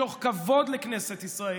מתוך כבוד לכנסת ישראל,